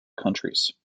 countries